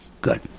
Good